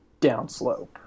downslope